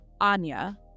Anya